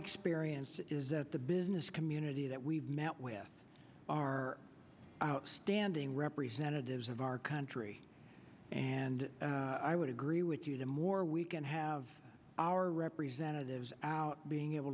experience is that the business community that we've met with are outstanding representatives of our country and i would agree with you the more we can have our representatives out being able